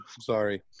sorry